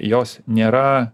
jos nėra